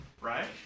right